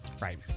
right